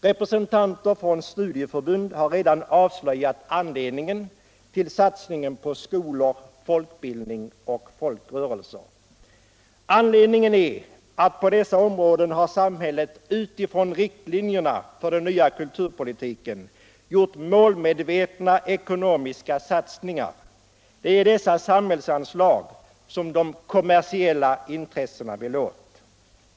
Representanter från studieförbund har avslöjat anledningen tll satsningen på skolor, folkbildning och folkrörelser. Anledningen är att på dessa områden har samhället utifrån riktlinjerna för den nya kulturpolitiken gjort målmedvetna ekonomiska satsningar. Det är dessa samhällsanslag som de kommersiella intressena vill åt.